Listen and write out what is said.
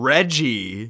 Reggie